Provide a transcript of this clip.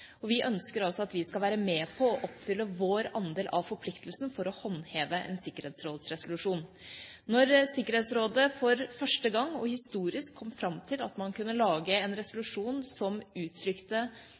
Vi ønsker altså at vi skal være med på å oppfylle vår andel av forpliktelsen for å håndheve en sikkerhetsrådsresolusjon. Når Sikkerhetsrådet for første gang – og historisk – kom fram til at man kunne lage en